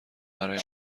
برایم